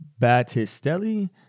Battistelli